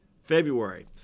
February